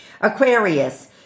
Aquarius